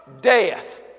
Death